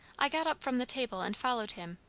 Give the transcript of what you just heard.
i got up from the table and followed him,